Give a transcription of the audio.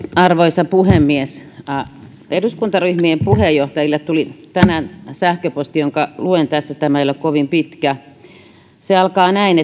arvoisa puhemies eduskuntaryhmien puheenjohtajille tuli tänään sähköposti jonka luen tässä tämä ei ole kovin pitkä se alkaa näin